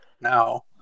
now